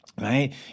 Right